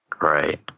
Right